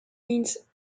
means